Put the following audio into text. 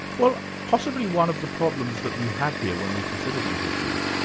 well, possibly one of the problems that we have here when we consider these issues,